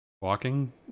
walking